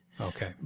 Okay